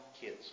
kids